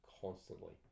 constantly